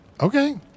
Okay